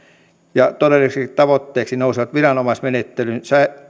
ja todellisiksi tavoitteiksi nousevat viranomaismenettelyjen